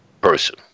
person